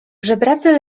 żebracy